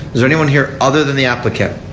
anyone here other than the applicant.